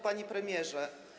Panie Premierze!